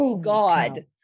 god